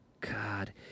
God